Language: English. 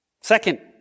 Second